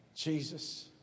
Jesus